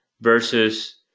versus